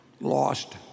lost